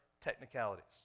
technicalities